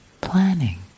planning